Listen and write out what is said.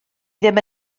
ddim